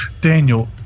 Daniel